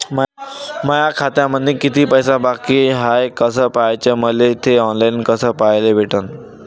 माया खात्यामंधी किती पैसा बाकी हाय कस पाह्याच, मले थे ऑनलाईन कस पाह्याले भेटन?